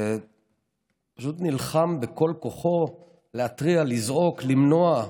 ופשוט נלחם בכל כוחו להתריע, לזעוק, למנוע,